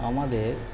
আমাদের